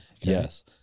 Yes